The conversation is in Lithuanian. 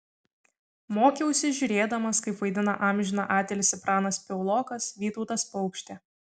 mokiausi žiūrėdamas kaip vaidina amžiną atilsį pranas piaulokas vytautas paukštė